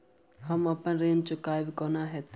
हम अप्पन ऋण चुकाइब कोना हैतय?